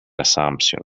assumption